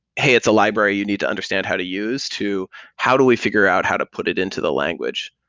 hey, it's a library. you need to understand how to use, to how do we figure out how to put it into the language?